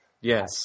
Yes